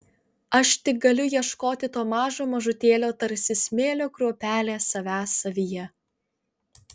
aš tik galiu ieškoti to mažo mažutėlio tarsi smėlio kruopelė savęs savyje